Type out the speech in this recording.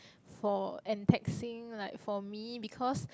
for and taxing like for me because